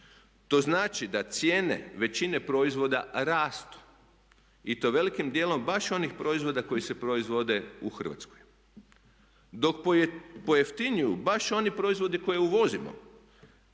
To znači da cijene većine proizvoda rastu i to velikim dijelom baš onih proizvoda koji se proizvode u Hrvatskoj. Dok pojeftinjuju baš oni proizvodi koje uvozimo,